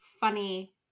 funny